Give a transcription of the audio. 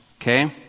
Okay